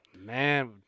Man